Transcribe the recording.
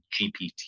GPT